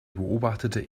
beobachtete